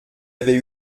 avait